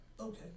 Okay